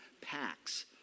packs